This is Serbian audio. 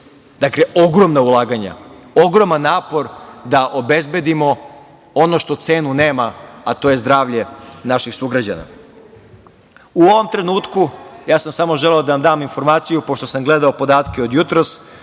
Dakle, ogromna ulaganja, ogroman napor da obezbedimo ono što cenu nema a to je zdravlje naših sugrađana.U ovom trenutku, ja sam samo želeo da vam dam informaciju, pošto sam gledao podatke od jutros,